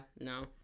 No